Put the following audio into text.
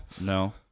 No